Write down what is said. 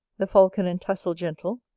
the falcon and tassel-gentle,